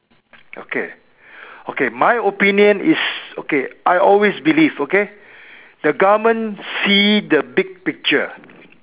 okay okay my opinion is okay I always believe okay the government see the big picture